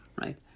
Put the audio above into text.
right